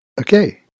Okay